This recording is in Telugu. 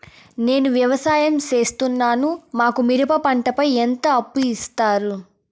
నేను వ్యవసాయం సేస్తున్నాను, మాకు మిరప పంటపై ఎంత అప్పు ఇస్తారు